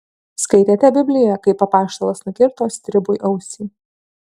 skaitėte bibliją kaip apaštalas nukirto stribui ausį